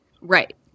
right